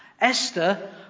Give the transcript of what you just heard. Esther